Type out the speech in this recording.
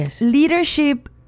leadership